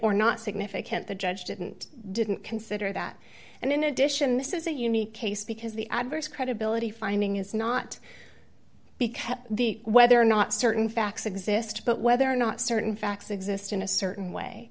or not significant the judge didn't didn't consider that and in addition this is a unique case because the adverse credibility finding is not because the whether or not certain facts exist but whether or not certain facts exist in a certain way